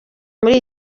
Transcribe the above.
muri